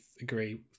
agree